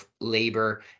labor